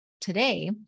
Today